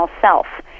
self